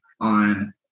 on